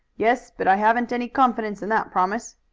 yes, but i haven't any confidence in that promise.